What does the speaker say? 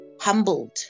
humbled